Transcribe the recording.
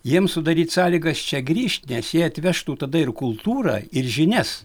jiem sudaryt sąlygas čia grįžt nes jie atvežtų tada ir kultūrą ir žinias